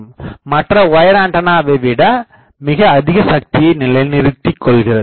இது மற்ற வயர் ஆண்டனவை விட மிக அதிக சக்தியை நிலைநிறுத்திக்கொள்கிறது